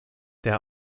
der